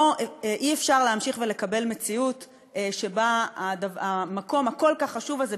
אי-אפשר להמשיך לקבל מציאות שבה המקום הכל-כך חשוב הזה,